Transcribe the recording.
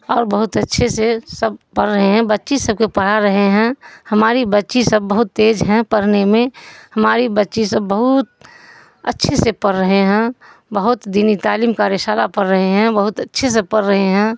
اور بہت اچھے سے سب پڑھ رہے ہیں بچی سب کے پڑھا رہے ہیں ہماری بچی سب بہت تیز ہیں پڑھنے میں ہماری بچی سب بہت اچھے سے پڑھ رہے ہیں بہت دینی تعلیم کارسالہ پڑھ رہے ہیں بہت اچھے سے پڑھ رہے ہیں